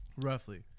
Roughly